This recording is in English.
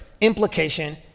implication